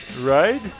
Right